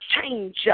change